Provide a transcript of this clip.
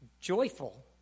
joyful